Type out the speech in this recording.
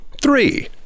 Three